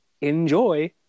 Enjoy